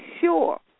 sure